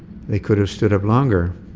they could have stood up longer